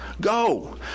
Go